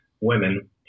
women